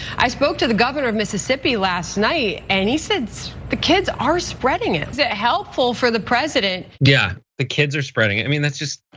i spoke to the governor of mississippi last night and he said the kids are spreading it. is it helpful for the president yeah, the kids are spreading it. i mean, that's just,